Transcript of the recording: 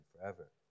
forever